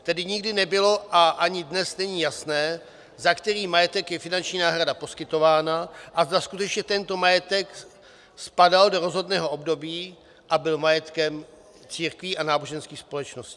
Tedy nikdy nebylo a ani dnes není jasné, za který majetek je finanční náhrada poskytována a zda skutečně tento majetek spadal do rozhodného období a byl majetkem církví a náboženských společností.